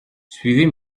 suivez